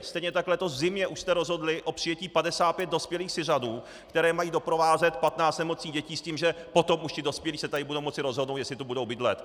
Stejně tak letos v zimě už jste rozhodli o přijetí 55 dospělých Syřanů, kteří mají doprovázet 15 nemocných dětí, s tím že potom už ti dospělí se budou moci rozhodnout, jestli tu budou bydlet.